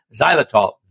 Xylitol